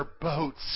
boats